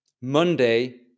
Monday